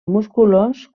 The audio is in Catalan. musculós